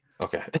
Okay